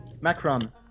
Macron